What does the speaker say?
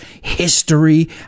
history